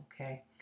Okay